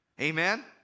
Amen